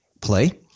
play